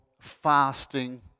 fasting